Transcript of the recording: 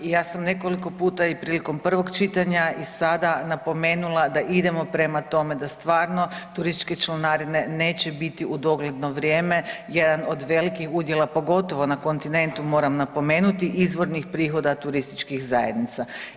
I ja sam nekoliko puta i prilikom prvog čitanja i sada napomenula da idemo prema tome da stvarno turističke članarine neće biti u dogledno vrijeme jedan od velikih udjela, pogotovo na kontinentu moram napomenuti, izvornih prihoda turističkih zajednica.